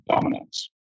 dominance